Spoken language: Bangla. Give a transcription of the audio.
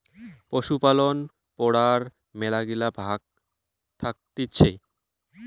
পশুপালন পড়ার মেলাগিলা ভাগ্ থাকতিছে